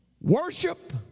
Worship